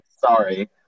Sorry